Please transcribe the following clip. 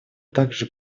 также